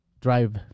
drive